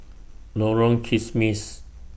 Lorong Kismis